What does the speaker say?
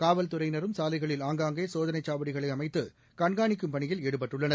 காவல்துறையினரும் சாலைகளில் ஆங்காங்கே சோதனைச் சாவடிகளை அமைத்து கண்காணிக்கும் பணியில் ஈடுபட்டுள்ளனர்